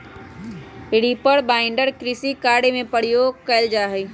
reaper binder कृषि कार्य में प्रयोग कइल जा हई